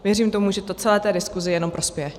Věřím tomu, že to celé té diskuzi jenom prospěje.